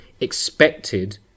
expected